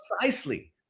precisely